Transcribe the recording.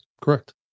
correct